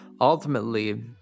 ultimately